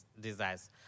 desires